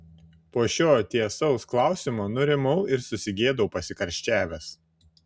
po šio tiesaus klausimo nurimau ir susigėdau pasikarščiavęs